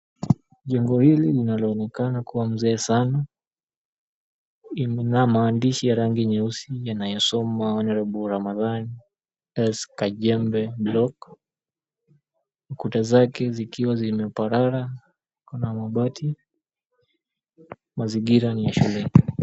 Jengo hili linaloonekana kuwa mzee sana lina maandishi ya rangi nyeusi yanayosoma, Honourable Ramadhani S. Kajembe Block. Kuta zake zikiwa zimeparara, ziko na mabati. Mazingira ni ya shuleni.